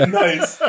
nice